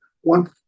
one